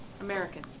american